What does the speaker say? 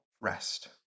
rest